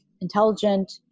intelligent